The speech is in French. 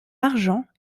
argent